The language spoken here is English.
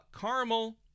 Caramel